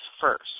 first